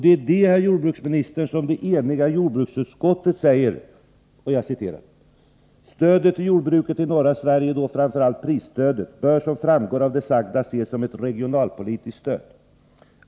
Det är om det, herr jordbruksminister, som ett enigt jordbruksutskott uttalar: ”Stödet till jordbruket i norra Sverige och då framför allt prisstödet bör som framgår av det sagda ses som ett regionalpolitiskt stöd.